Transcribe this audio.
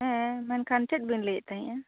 ᱦᱮᱸ ᱢᱮᱱᱠᱷᱟᱱ ᱪᱮᱫ ᱵᱤᱱ ᱞᱟᱹᱭᱮᱫ ᱛᱟᱸᱦᱮᱱᱟ